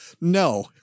No